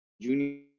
junior